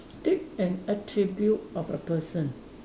take an attribute of a person